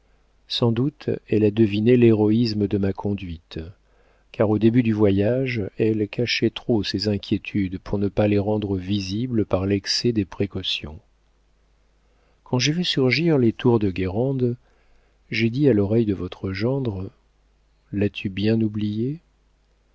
sans doute elle a deviné l'héroïsme de ma conduite car au début du voyage elle cachait trop ses inquiétudes pour ne pas les rendre visibles par l'excès des précautions quand j'ai vu surgir les tours de guérande j'ai dit à l'oreille de votre gendre l'as-tu bien oubliée